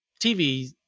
TV